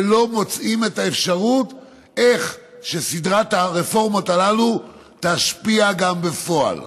ולא מוצאים את האפשרות איך סדרת הרפורמות הללו תשפיע גם בפועל.